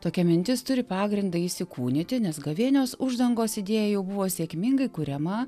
tokia mintis turi pagrindą įsikūnyti nes gavėnios uždangos idėja jau buvo sėkmingai kuriama